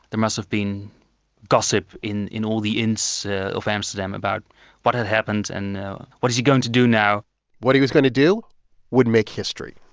there must have been gossip in in all the inns of amsterdam about what had happened and what is he going to do now what he was going to do would make history,